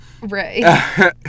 Right